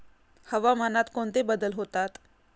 हवामानात कोणते बदल होतात?